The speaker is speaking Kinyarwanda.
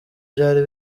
byari